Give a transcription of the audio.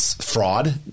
Fraud